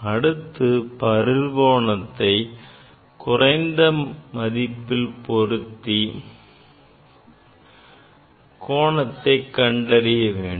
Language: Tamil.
அடுத்து படுகோணத்தை குறைந்த மதிப்பில் பொருத்தி கண்டறிய வேண்டும்